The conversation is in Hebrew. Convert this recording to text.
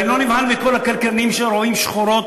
ואני לא נבהל מכל הכלכלנים שרואים שחורות.